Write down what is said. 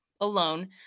alone